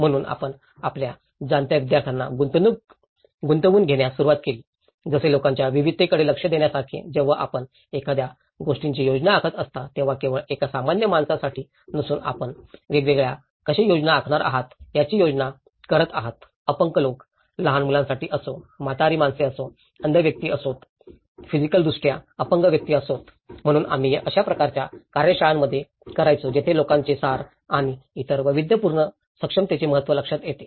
म्हणूनच आपण आपल्या जाणत्या विद्यार्थ्यांना गुंतवून घेण्यास सुरुवात केली जसे लोकांच्या विविधतेकडे लक्ष देण्यासारखे जेव्हा आपण एखाद्या गोष्टीची योजना आखत असता तेव्हा केवळ एका सामान्य माणसासाठी नसून आपण वेगळ्यासाठी कसे योजना आखणार आहात याची योजना करत आहात अपंग लोक लहान मुलांसाठी असो म्हातारी माणसे असो अंध व्यक्ती असोत फिजिकलदृष्ट्या अपंग व्यक्ती असोत म्हणून आम्ही अशा प्रकारच्या कार्यशाळांमध्ये करायचो जिथे लोकांचे सार आणि इतर वैविध्यपूर्ण सक्षमतेचे महत्त्व लक्षात येते